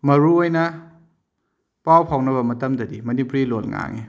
ꯃꯔꯨ ꯑꯣꯏꯅ ꯄꯥꯎ ꯐꯥꯎꯅꯕ ꯃꯇꯝꯗꯤ ꯃꯅꯤꯄꯨꯔꯤ ꯂꯣꯟ ꯉꯥꯡꯏ